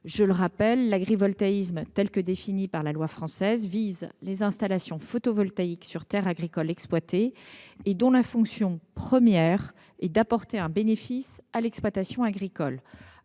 Je le rappelle, l’agrivoltaïsme, tel qu’il est défini par la loi française, vise les installations photovoltaïques sur terre agricole exploitée, dont la fonction première est d’apporter un bénéfice à l’exploitation agricole